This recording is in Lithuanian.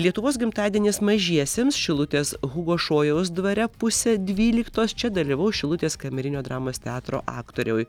lietuvos gimtadienis mažiesiems šilutės hugo šojaus dvare pusę dvyliktos čia dalyvaus šilutės kamerinio dramos teatro aktoriai